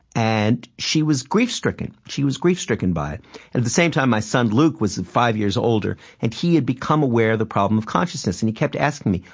and she was grief-stricken. she was grief-stricken by it. and at the same time, my son luke was five years older, and he had become aware of the problem of consciousness. and he kept asking me,